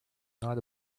not